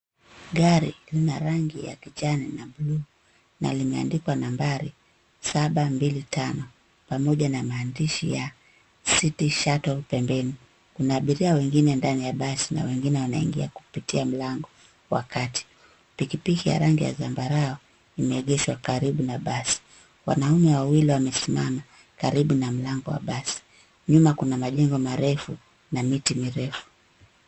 Gari lina rangi ya kijani na bluu na limeandikwa nambari saba mbili tano pamoja na maandishi ya city shuttle pembeni. Kuna abiria wengine ndani ya basi na wengine wanaingia kupitia mlango wa kati. Pikipiki ya rangi ya zambarau imeegeshwa karibu na basi. Wanaume wawili wamesimama karibu na mlango wa basi. Nyuma kuna majengo marefu na miti mirefu.